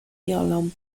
violão